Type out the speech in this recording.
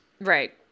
Right